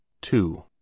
Two